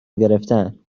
گرفتن